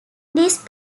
these